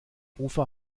ufer